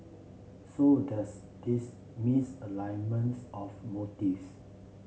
so there's this misalignment of motives